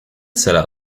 said